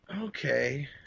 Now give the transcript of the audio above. Okay